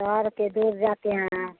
शहर के दूर जाते हैं